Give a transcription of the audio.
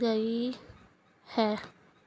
ਗਈ ਹੈ